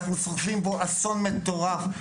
אנחנו צופים פה אסון מטורף.